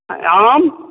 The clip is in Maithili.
आम